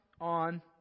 on